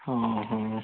ହଁ ହଁ